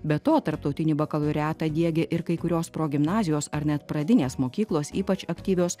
be to tarptautinį bakalaureatą diegia ir kai kurios progimnazijos ar net pradinės mokyklos ypač aktyvios